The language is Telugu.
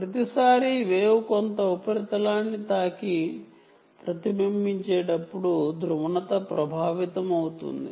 ప్రతిసారీ వేవ్ కొంత ఉపరితలాన్ని తాకి ప్రతిబింబించేటప్పుడు ధ్రువణత ప్రభావితమవుతుంది